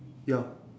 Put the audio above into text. yup